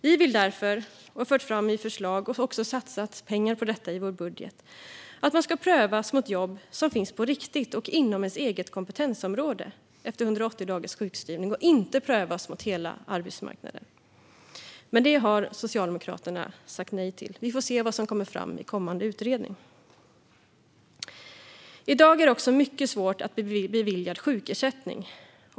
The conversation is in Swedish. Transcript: Vi vill därför, vilket vi fört fram i förslag och satsat pengar till i vår budget, att man efter 180 dagars sjukskrivning ska prövas mot jobb som finns på riktigt och inom ens eget kompetensområde och inte prövas mot hela arbetsmarknaden. Men det har Socialdemokraterna sagt nej till. Vi får se vad som kommer fram i kommande utredning. I dag är det också mycket svårt att bli beviljad sjukersättning.